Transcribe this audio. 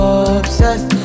obsessed